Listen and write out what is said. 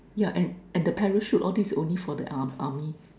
yeah an and the parachute a~ all this only for the arm~ army